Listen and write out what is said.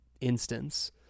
instance